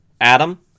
Adam